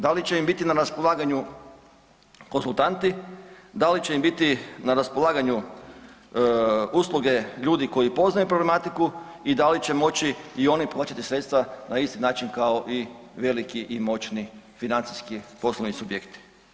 Da li će im biti na raspolaganju konzultanti, da li će im biti na raspolaganju usluge ljudi koji poznaju problematiku i da li će moći i oni plaćati sredstva na isti način kao i veliki i moćni financijski poslovni subjekti?